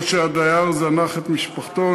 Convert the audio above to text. או שהדייר זנח את משפחתו,